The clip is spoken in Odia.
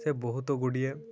ସେ ବହୁତ ଗୁଡ଼ିଏ